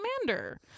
commander